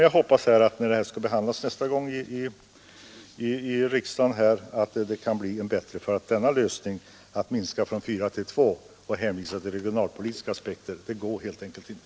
Jag hoppas alltså att det kan bli en bättre lösning, när denna fråga nästa gång behandlas här i riksdagen. Att minska från fyra till två och hänvisa till regionalpolitiska aspekter går helt enkelt inte.